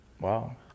wow